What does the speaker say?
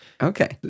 Okay